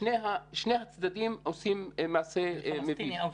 שני הצדדים עושים מעשה --- הפלסטיני 'אאוסך'.